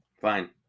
fine